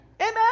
Amen